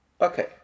Okay